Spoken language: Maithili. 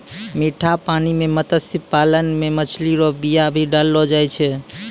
मीठा पानी मे मत्स्य पालन मे मछली रो बीया भी डाललो जाय छै